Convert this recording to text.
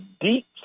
deep